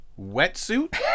wetsuit